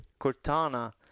Cortana